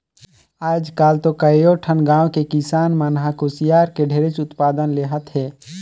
आयज काल तो कयो ठन गाँव के किसान मन ह कुसियार के ढेरेच उत्पादन लेहत हे